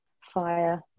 fire